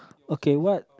okay what